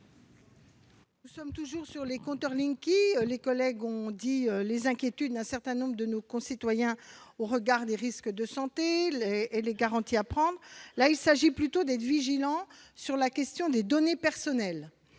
Il est toujours question des compteurs Linky. Mes collègues ont évoqué les inquiétudes d'un certain nombre de nos concitoyens au regard des risques pour la santé et les garanties à prendre. Ici, il s'agit plutôt d'être vigilant sur la question des données personnelles.